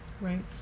Right